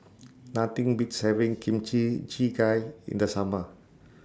Nothing Beats having Kimchi Jjigae in The Summer